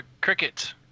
cricket